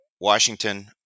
Washington